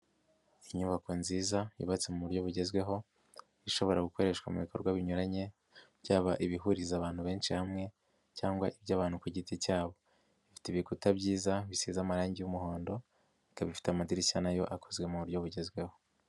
Inyubako nziza yubatse mu buryo bugezweho, ishobora gukoreshwa mu bikorwa binyuranye, byaba ibihuriza abantu benshi hamwe cyangwa iby'abantu ku giti cyabo. Ifite ibikuta byiza bisize amarangi y'umuhondo, ikaba ifite amadirishya na yo akozwe mu buryo bugezweho.